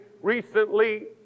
recently